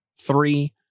three